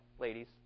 ladies